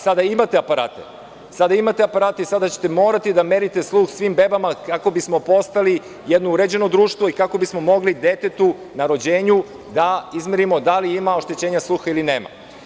Sada imate aparate i sada ćete morati da merite sluh svim bebama kako bismo postali jedno uređeno društvo i kako bismo mogli detetu na rođenju da izmerimo da li ima oštećenje sluha ili nema.